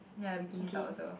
ya bikini top also